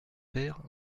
pères